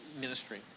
ministry